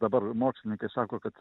dabar mokslininkai sako kad